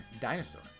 dinosaur